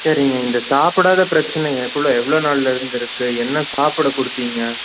சரிங்க இந்த சாப்பிடாத பிரச்சனை எப்புள்ளோ எவ்வளோ நாளில் இருந்து இருக்குது என்ன சாப்பிட கொடுப்பிங்க